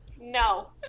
No